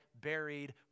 buried